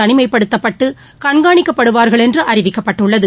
தளிமைப்படுத்தப்பட்டு கண்காணிக்கப்படுவார்கள் என்று அறிவிக்கப்பட்டுள்ளது